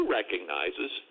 recognizes